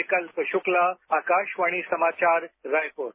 विकल्प शुक्ला आकाशवाणी समाचार रायपुर